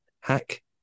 hack